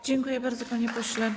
Dziękuję bardzo, panie pośle.